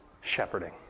shepherding